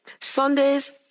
Sundays